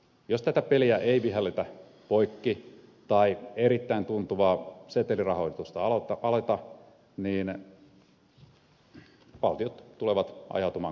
jos tätä peliä ei vihelletä poikki tai erittäin tuntuvaa setelirahoitusta aloiteta niin valtiot tulevat ajautumaan konkurssiin